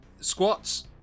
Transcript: Squat's